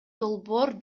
долбоор